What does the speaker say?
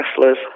wrestlers